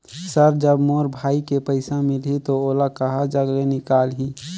Sir जब मोर भाई के पइसा मिलही तो ओला कहा जग ले निकालिही?